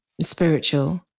spiritual